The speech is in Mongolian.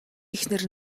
эхнэр